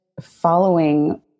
following